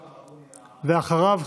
ואחריו,